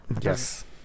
yes